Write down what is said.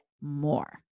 more